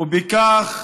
ובכך